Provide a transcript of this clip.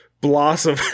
Blossom